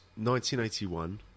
1981